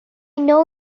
know